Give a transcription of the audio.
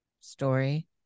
story